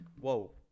Whoa